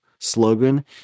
slogan